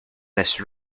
this